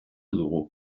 dugu